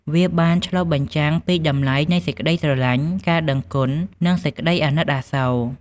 វាបានឆ្លុះបញ្ចាំងពីតម្លៃនៃសេចក្តីស្រឡាញ់ ការដឹងគុណ និងសេចក្តីអាណិតអាសូរ។